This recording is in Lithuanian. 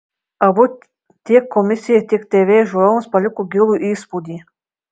abu tiek komisijai tiek tv žiūrovams paliko gilų įspūdį